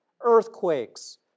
earthquakes